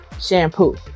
Shampoo